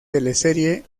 teleserie